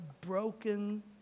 broken